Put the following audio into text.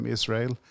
Israel